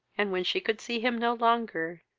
and, when she could see him no longer,